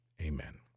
Amen